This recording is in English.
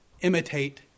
imitate